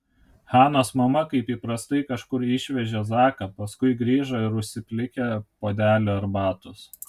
hanos mama kaip įprastai kažkur išvežė zaką paskui grįžo ir užsiplikė puodelį arbatos